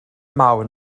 mawr